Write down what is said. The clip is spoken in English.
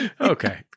Okay